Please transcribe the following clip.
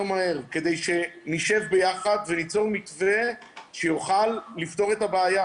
מהר כדי שנשב ביחד וניצור מתווה שיוכל לפתור את הבעיה.